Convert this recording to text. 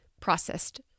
processed